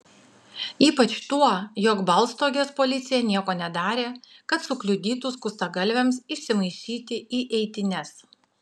ypač tuo jog baltstogės policija nieko nedarė kad sukliudytų skustagalviams įsimaišyti į eitynes